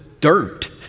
dirt